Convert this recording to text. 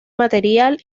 material